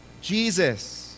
Jesus